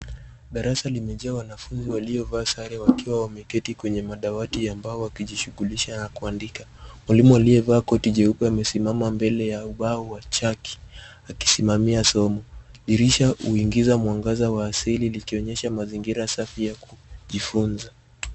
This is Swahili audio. Darasa limejaa wanafunzi waliovaa sare wakiwa wameketi kwenye madawati ya mbao wakijishughulisha na kuandika. Mwalimu aliyevaa koti jeupe amesimama mbele ya ubao wa chaki, akisimamia somo. Dirisha huingiza mwangaza wa asili, likionyesha mazingira safi ya kujifunza.